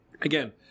Again